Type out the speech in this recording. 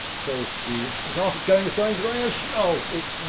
so you, it's it's off, it's going, it's going, it's going! shhh yeah oh, it.